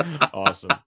Awesome